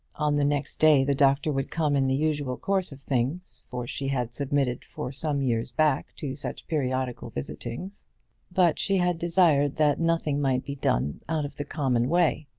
on the next day the doctor would come in the usual course of things, for she had submitted for some years back to such periodical visitings but she had desired that nothing might be done out of the common way.